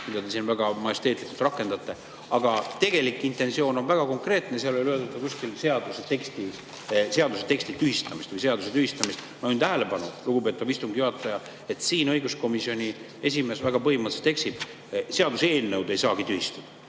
mida te siin väga majesteetlikult rakendate, aga tegelik intentsioon on väga konkreetne, seal kuskil ei ole öeldud "seaduse teksti tühistamist" või "seaduse tühistamist". Ma juhin tähelepanu, lugupeetav istungi juhataja, et siin õiguskomisjoni esimees väga põhimõtteliselt eksib. Seaduseelnõu ei saagi tühistada.